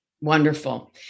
Wonderful